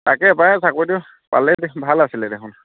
তাকেই পাই চাকৰিটো পালে ভাল আছিলে দেখোন